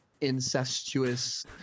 incestuous